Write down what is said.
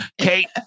Kate